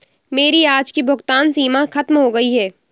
मेरी आज की भुगतान सीमा खत्म हो गई है